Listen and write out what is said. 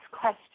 question